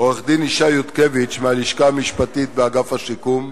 לעו"ד ישי יודקביץ מהלשכה המשפטית באגף השיקום,